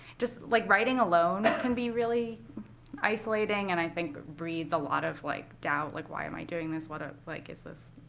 just, like writing alone can be really isolating. and i think it breeds a lot of like doubt. like, why am i doing this? what ah like is this?